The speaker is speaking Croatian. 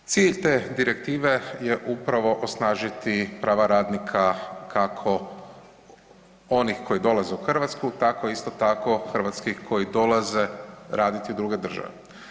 Cilj te direktive je upravo osnažiti prava radnika kako onih koji dolaze u Hrvatsku tako isto tako hrvatskih koji dolaze raditi u druge države.